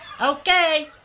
Okay